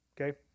Okay